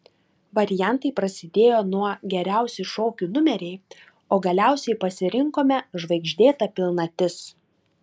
variantai prasidėjo nuo geriausi šokių numeriai o galiausiai pasirinkome žvaigždėta pilnatis